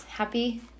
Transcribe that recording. happy